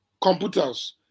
computers